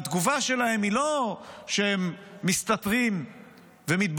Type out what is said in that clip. והתגובה שלהם היא לא שהם מסתתרים ומתביישים,